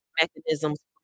mechanisms